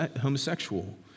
homosexual